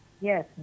Yes